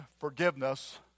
forgiveness